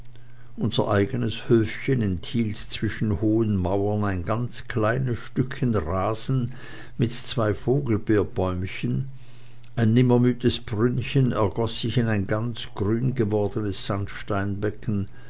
unser eigenes höfchen enthielt zwischen hohen mauern ein ganz kleines stückchen rasen mit zwei vogelbeerbäumchen ein nimmermüdes brünnchen ergoß sich in ein ganz grün gewordenes